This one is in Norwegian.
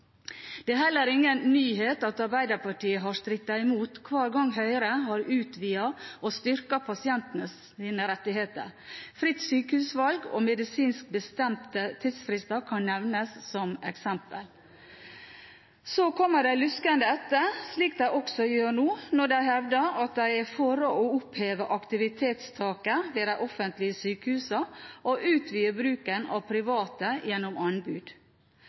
Det er heller ingen nyhet at Arbeiderpartiet har strittet imot hver gang Høyre har utvidet og styrket pasientenes rettigheter. Fritt sykehusvalg og medisinsk bestemte tidsfrister kan nevnes som eksempel. Så kommer de luskende etter, slik de også gjør nå, når de hevder at de er for å oppheve aktivitetstaket ved de offentlige sykehusene og utvide bruken av private gjennom anbud.